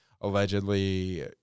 allegedly